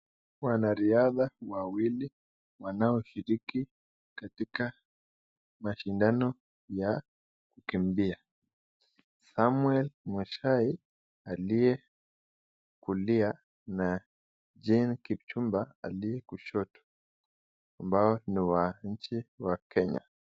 Wanariadha wawili wanaoshiriki katika mashindano ya kukimbia .Samuel mushai aliye kulia na jane kipchumba aliye kushoto ambaye ni wa nchi ya kenya.